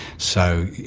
so, you